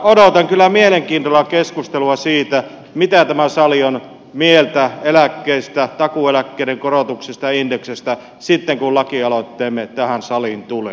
odotan kyllä mielenkiinnolla keskustelua siitä mitä tämä sali on mieltä eläkkeistä takuueläkkeiden korotuksista ja indeksistä sitten kun lakialoitteemme tähän saliin tulee